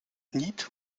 niet